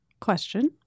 question